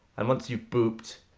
and once you've booped,